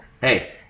Hey